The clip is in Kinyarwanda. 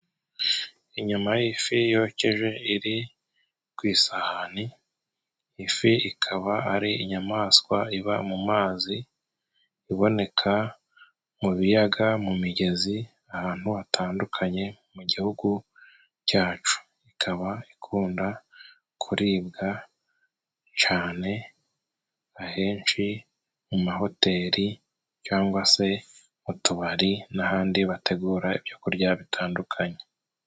Inyama y'ifi yokeje iri ku isahani, ifi ikaba ari inyamaswa iba mu mazi iboneka mu biyaga, mu migezi ,ahantu hatandukanye mu gihugu cyacu, ikaba ikunda kuribwa cane ahenshi mu mahoteli cangwa se mu tubari n'ahandi bategura ibyo kurya bitandukanye.